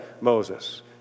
Moses